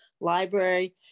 library